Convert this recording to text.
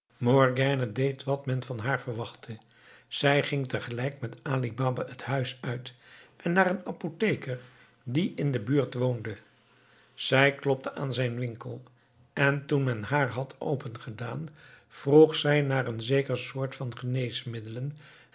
wat men van haar verwachtte zij ging tegelijk met ali baba het huis uit en naar een apotheker die in de buurt woonde zij klopte aan zijn winkel en toen men haar had opengedaan vroeg zij naar een zeker soort van geneesmiddelen